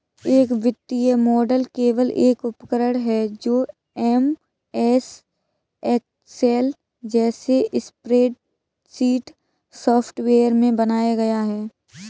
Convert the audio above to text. एक वित्तीय मॉडल केवल एक उपकरण है जो एमएस एक्सेल जैसे स्प्रेडशीट सॉफ़्टवेयर में बनाया गया है